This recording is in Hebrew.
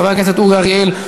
חבר הכנסת אורי אריאל,